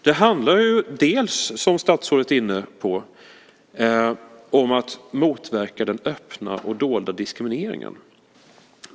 Det handlar bland annat, som statsrådet är inne på, om att motverka den öppna och dolda diskrimineringen.